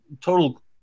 total